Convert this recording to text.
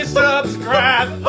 subscribe